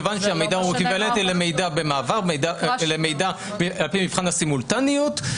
מכיוון שהמידע הוא אקוויוולנטי למידע על פי מבחן הסימולטניות,